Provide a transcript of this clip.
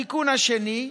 התיקון השני,